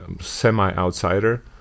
semi-outsider